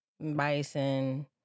bison